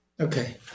Okay